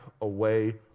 away